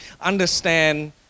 understand